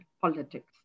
politics